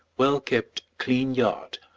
well-kept, clean yard,